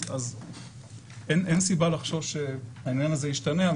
אז אין סיבה לחשוש שהעניין הזה ישתנה.